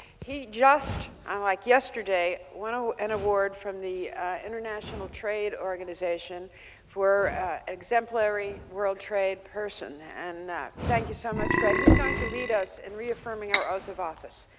he just like yesterday won ah an award from the international trade organization for exemplary world trade person, and thank you so much, fred. he is going to lead us in reaffirming our oath of office.